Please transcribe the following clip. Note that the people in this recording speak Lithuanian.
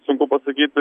sunku pasakyti